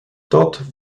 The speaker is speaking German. dort